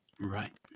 Right